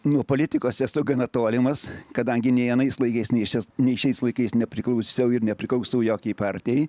nuo politikos esu gana tolimas kadangi nei anais laikais ne šia nei šiais laikais nepriklausiau ir nepriklausau jokiai partijai